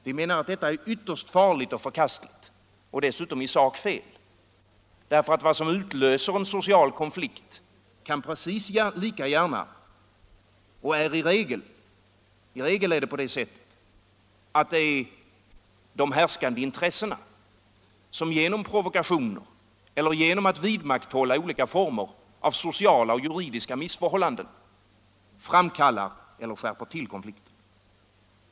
Vi menar att detta är — Militärs medverytterst farligt och förkastligt och dessutom i sak fel. Det kan precis lika — kan vid stillande av gärna vara — och i regel är det på det sättet — de härskande intressena — upplopp i samband som genom provokationer eller genom att vidmakthålla olika former av med arbetskonflikt sociala och juridiska missförhållanden framkallar eller skärper konflikten. — Mm.m.